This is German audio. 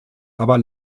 aber